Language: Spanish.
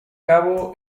cabo